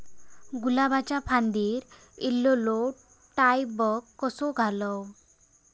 गुलाबाच्या फांदिर एलेलो डायबॅक कसो घालवं?